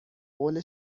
قول